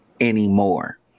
anymore